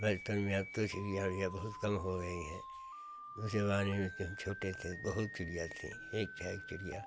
बचपन में अब तो चिड़िया उड़िया बहुत कम हो रही है उस ज़माने में जब हम छोटे थे तो बहुत चिड़िया थी ठीक ठाक चिड़िया